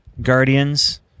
Guardians